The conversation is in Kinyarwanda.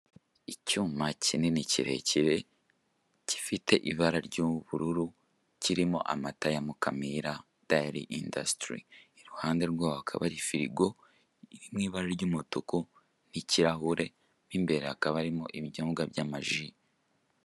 Icyuma kinini kirekire gifite ibara ry'ubururu kirimo amata ya mukamira dayari indasitiri, iruhande rw'aho hakaba hari firigo iri mu ibara ry'umutuku n'ikiragure, mu imbere hakaba harimo ibinyobwa by'amaji.